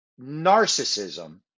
narcissism